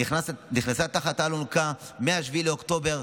נכנס תחת האלונקה מ-7 באוקטובר,